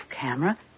camera